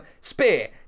Spear